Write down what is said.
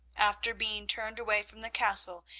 after being turned away from the castle,